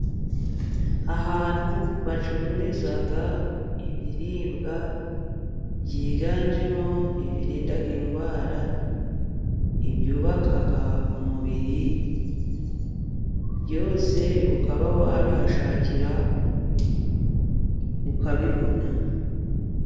Ahantu bacururiza ibiribwa byiganjemo ibirinda indwara, ibyubaka umubiri, byose ukaba wabihashakira ukabibona.